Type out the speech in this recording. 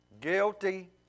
Guilty